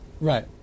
Right